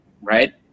Right